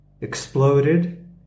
exploded